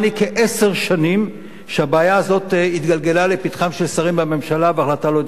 כעשר שנים שהבעיה הזאת התגלגלה לפתחם של שרים בממשלה והחלטה לא התקבלה.